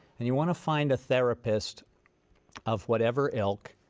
and you want to find a therapist of whatever ilk,